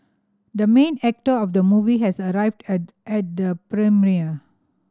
the main actor of the movie has arrived at at the premiere